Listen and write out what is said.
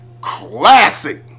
Classic